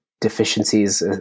Deficiencies